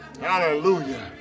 Hallelujah